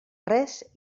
res